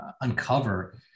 uncover